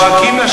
זועקים לשמים.